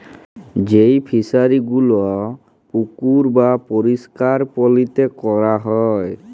যেই ফিশারি গুলো পুকুর বাপরিষ্কার পালিতে ক্যরা হ্যয়